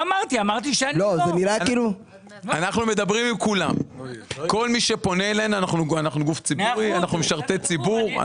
אנחנו מדברים עם כל מי שפונים אלינו; אנחנו גוף ציבורי של משרתי ציבור.